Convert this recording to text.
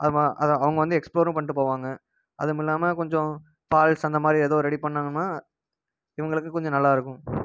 அப்புறம் அது அவங்க வந்து எக்ஸ்ப்ளோரும் பண்ணிட்டு போவாங்க அதுவுமில்லாமல் கொஞ்சம் ஃபால்ஸ் அந்தமாதிரி ஏதோ ரெடி பண்ணாங்கனால் இவங்களுக்கும் கொஞ்சம் நல்லாயிருக்கும்